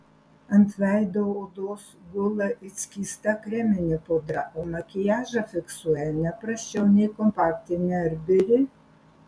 ant veido odos gula it skysta kreminė pudra o makiažą fiksuoja ne prasčiau nei kompaktinė ar biri